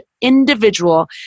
individual